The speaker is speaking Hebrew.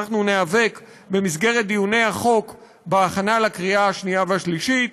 אנחנו ניאבק בדיוני הכנת החוק לקריאה שנייה ושלישית.